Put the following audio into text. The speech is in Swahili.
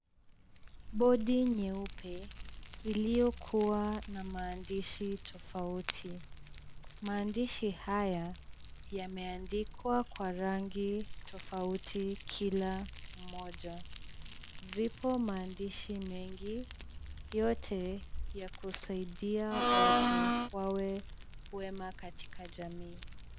Bodi nyeupe iliyokuwa na maandishi tofauti. Maandishi haya, yameandikwa kwa rangi tofauti kila moja. Vipo maandishi mengi, yote ya kusaidia watu wawe wema katika jamii.